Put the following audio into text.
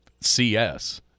CS